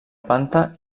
planta